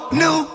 new